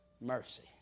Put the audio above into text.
Mercy